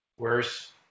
Worse